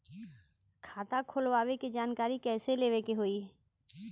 खाता खोलवावे के जानकारी कैसे लेवे के होई?